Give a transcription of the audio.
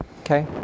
Okay